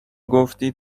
گفتید